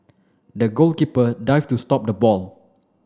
the goalkeeper dived to stop the ball